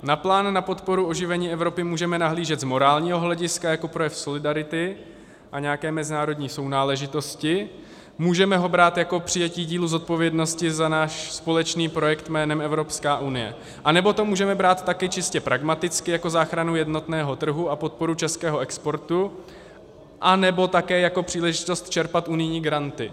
Na Plán na podporu oživení Evropy můžeme nahlížet z morálního hlediska jako na projev solidarity a nějaké mezinárodní sounáležitosti, můžeme ho brát jako přijetí dílu zodpovědnosti za náš společný projekt jménem EU, anebo to můžeme brát také čistě pragmaticky jako záchranu jednotného trhu a podporu českého exportu, anebo také jako příležitost čerpat unijní granty.